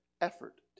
effort